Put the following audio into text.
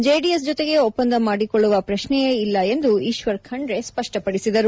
JDS ಜೊತೆಗೆ ಒಪ್ಪಂದ ಮಾಡಿಕೊಳ್ಳುವ ಪ್ರಶ್ನೆಯೇ ಇಲ್ಲ ಎಂದು ಈಶ್ವರ್ ಖಂಡ್ರೆ ಸ್ಪಷ್ನಪದಿಸಿದರು